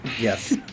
Yes